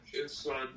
inside